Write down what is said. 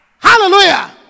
Hallelujah